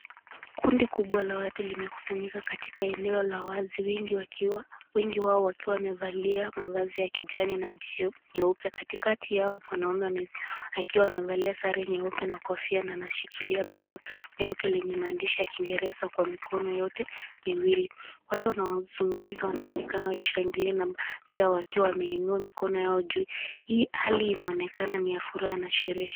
Kundi kubwa la watu limekusanyika katika eneno la wazi wengi wao wakiwa wamevalia mavazi ya kijani na yeupe, katikati yao mwanaume akiwa amevalia Sare yeupe na kofia na anashikilia bango jeupe lenye maandishi ya kiingereza Kwa mikono yote miwili, watu wanazungumuza wanaonekana wakishangalia baadhi yao wakiwa wameinua mikono juu hii hali inaonekana ni ya furaha na sherehe.